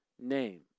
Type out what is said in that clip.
name